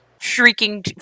shrieking